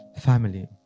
Family